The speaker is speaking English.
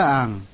ang